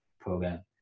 program